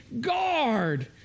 guard